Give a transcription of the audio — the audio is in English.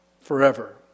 forever